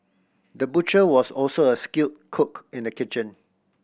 the butcher was also a skilled cook in the kitchen